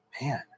man